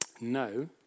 no